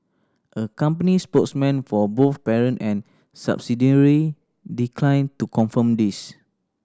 a company spokesman for both parent and subsidiary declined to confirm this